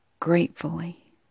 gratefully